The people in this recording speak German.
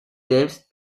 selbst